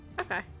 Okay